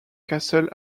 castle